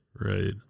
Right